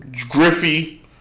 Griffey